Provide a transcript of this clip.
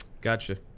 Gotcha